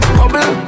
bubble